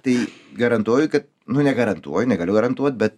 tai garantuoju kad nu negarantuoju negaliu garantuot bet